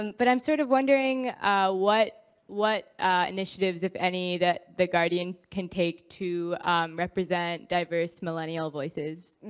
um but i'm sort of wondering what what initiatives, if any, that the guardian can take to represent diverse millennial voices.